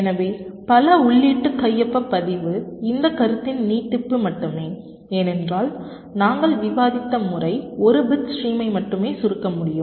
எனவே பல உள்ளீட்டு கையொப்ப பதிவு இந்த கருத்தின் நீட்டிப்பு மட்டுமே ஏனென்றால் நாங்கள் விவாதித்த முறை ஒரு பிட் ஸ்ட்ரீமை மட்டுமே சுருக்க முடியும்